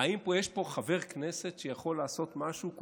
האם יש פה חבר כנסת שיכול לעשות משהו כי